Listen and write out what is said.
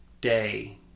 day